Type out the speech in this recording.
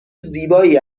زیبایی